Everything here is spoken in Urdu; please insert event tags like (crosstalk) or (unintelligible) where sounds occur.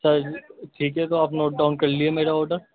(unintelligible) ٹھیک ہے تو آپ نوٹ ڈاؤن کر لیجیے میرا آڈر